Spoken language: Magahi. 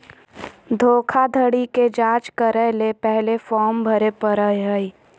धोखाधड़ी के जांच करय ले पहले फॉर्म भरे परय हइ